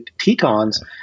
Tetons